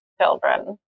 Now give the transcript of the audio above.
children